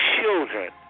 children